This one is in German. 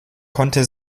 konnte